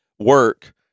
work